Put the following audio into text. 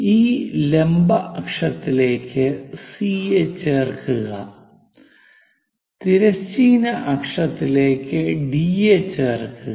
ഈ ലംബ അക്ഷത്തിലേക്ക് സി യെ ചേർക്കുക തിരശ്ചീന അക്ഷത്തിലേക്ക് ഡി യെ ചേർക്കുക